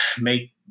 make